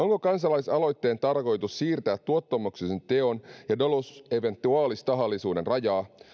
onko kansalaisaloitteen tarkoitus siirtää tuottamuksellisen teon ja dolus eventualis tahallisuuden rajaa